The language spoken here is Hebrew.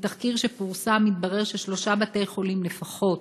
מתחקיר שפורסם התברר ששלושה בתי-חולים לפחות,